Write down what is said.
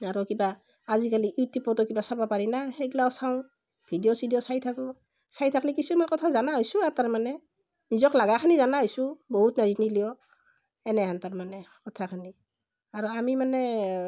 আৰু কিবা আজিকালি ইউটিউবতো কিবা চাবা পাৰি না সেইগ্লাও চাওঁ ভিডিঅ' চিডিঅ' চাই থাকোঁ চাই থাকলি কিছুমান কথা জনা হৈছোঁ আৰ তাৰমানে নিজক লগাখিনি জনা হৈছোঁ বহুত নাজনিলেও এনেহেন তাৰমানে কথাখিনি আৰু আমি মানে